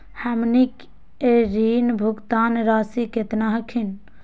हमनी के ऋण भुगतान रासी केतना हखिन?